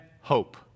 hope